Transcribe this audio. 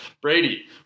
Brady